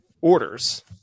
orders